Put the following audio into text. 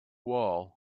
wall